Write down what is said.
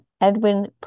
edwin